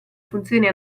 funzioni